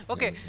Okay